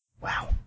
Wow